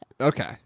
Okay